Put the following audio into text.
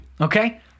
okay